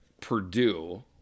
Purdue